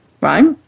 right